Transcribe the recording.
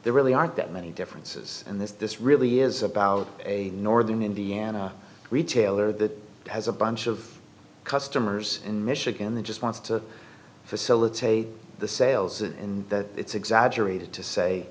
there really aren't that many differences and this this really is about a northern indiana retailer that has a bunch of customers in michigan that just wants to facilitate the sales and that it's exaggerated